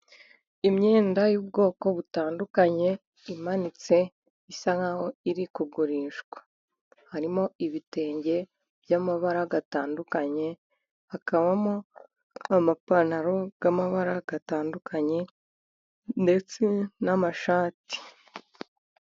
Imyenda y'ubwoko butandukanye, imanitse, isa nk'aho iri kugurishwa. Harimo ibitenge by'amabara atandukanye, hakabamo amapantaro y'amabara atandukanye, ndetse n'amashati.